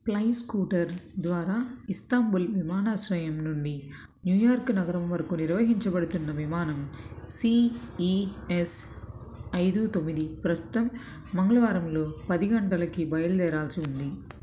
fly scooter ద్వారా Istanbul విమానాశ్రయం నుండి న్యూ యార్క్ నగరం వరకు నిర్వహించబడుతున్న విమానం సీ ఈ ఎస్ ఐదు తొమ్మిది ప్రస్తుతం మంగళవారంలో పది గంటలకి బయలుదేరాల్సి ఉంది